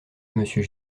monsieur